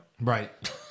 Right